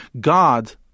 God